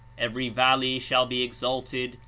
every valley shall be exalted,